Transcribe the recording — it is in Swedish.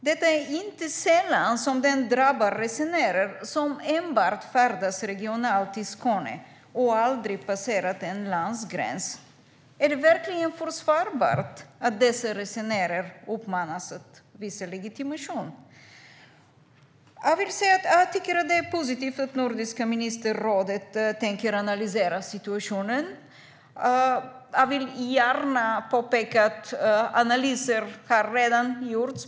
Det är inte sällan den drabbar resenärer som enbart färdas regionalt i Skåne och aldrig har passerat en landsgräns. Är det verkligen försvarbart att dessa resenärer uppmanas att visa legitimation? Det är positivt att Nordiska ministerrådet tänker analysera situationen, men jag vill gärna påpeka att analyser redan har gjorts.